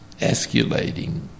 escalating